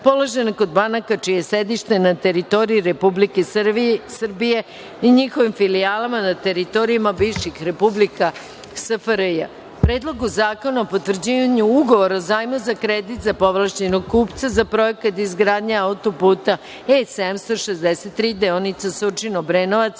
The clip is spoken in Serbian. položene kod banaka čije je sedište na teritoriji Republike Srbije i njihovim filijalama na teritorijama bivših republika SFRJ; Predlogu zakona o potvrđivanju Ugovora o zajmu za kredit za povlašćenog kupca za Projekat izgradnje autoputa E-763 (deonica Surčin-Obrenovac)